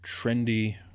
trendy